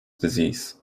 disease